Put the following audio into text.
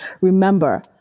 Remember